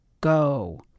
go